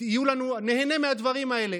ניהנה מהדברים האלה.